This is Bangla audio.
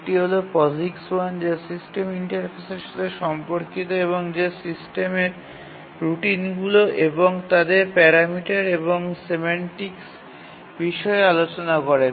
একটি হল POSIX 1 যা সিস্টেম ইন্টারফেসের সাথে সম্পর্কিত এবং যা সিস্টেমের রুটিনগুলি এবং তাদের প্যারামিটার এবং সেমানটিকস বিষয়ে আলোচনা করে